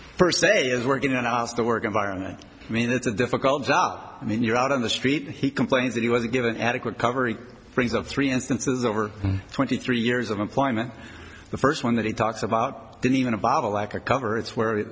first day is working and i asked the work environment i mean it's a difficult job i mean you're out on the street he complains that he wasn't given adequate coverage brings up three instances over twenty three years of employment the first one that he talks about in even a bottle like a cover it's where